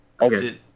Okay